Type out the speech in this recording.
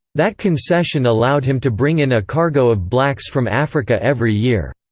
that concession allowed him to bring in a cargo of blacks from africa every year,